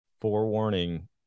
forewarning